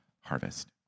harvest